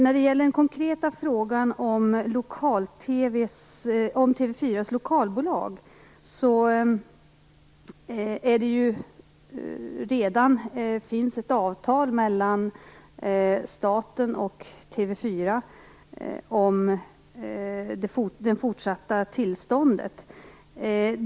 När det gäller den konkreta frågan om TV 4:s lokalbolag finns det ju redan ett avtal mellan staten och TV 4 om det fortsatta tillståndet.